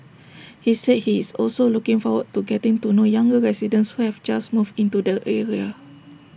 he said he is also looking forward to getting to know younger residents who have just moved into the area